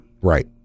Right